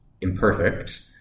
imperfect